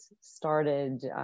started